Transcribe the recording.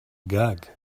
gag